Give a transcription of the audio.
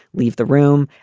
leave the room.